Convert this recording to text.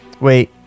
Wait